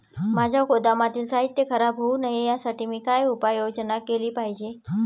माझ्या गोदामातील साहित्य खराब होऊ नये यासाठी मी काय उपाय योजना केली पाहिजे?